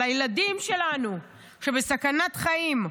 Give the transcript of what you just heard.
על הילדים שלנו שבסכנות חיים,